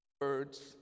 Words